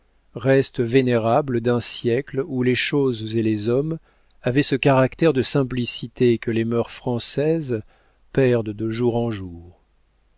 restes vénérables d'un siècle où les choses et les hommes avaient ce caractère de simplicité que les mœurs françaises perdent de jour en jour